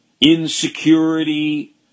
insecurity